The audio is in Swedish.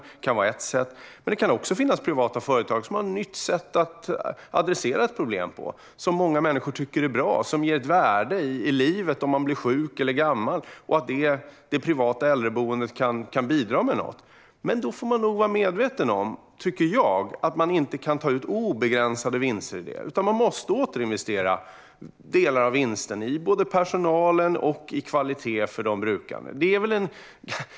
Det kan vara ett sätt, men det kan också finnas privata företag som har ett nytt sätt att adressera ett problem på, ett sätt som många människor tycker är bra och som ger ett värde i livet om man blir sjuk eller gammal. Det kan vara så att det privata äldreboendet kan bidra med något. Men då får man nog vara medveten om, tycker jag, att man inte kan ta ut obegränsade vinster utan måste återinvestera delar av vinsten i både personalen och kvalitet för de brukande.